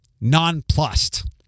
nonplussed